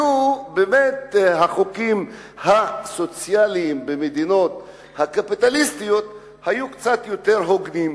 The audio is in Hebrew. החוקים הסוציאליים במדינות הקפיטליסטיות היו קצת יותר הוגנים.